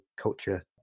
culture